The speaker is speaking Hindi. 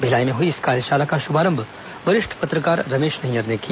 भिलाई में हुई इस कार्यशाला का श्भारंभ वरिष्ठ पत्रकार रमेश नैय्यर ने किया